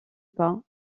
pas